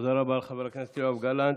תודה רבה לחבר הכנסת יואב גלנט.